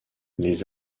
les